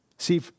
See